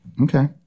Okay